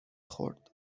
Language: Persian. خورد